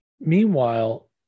meanwhile